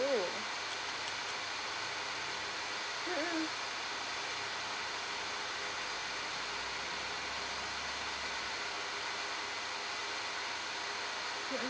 oo